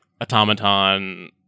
automaton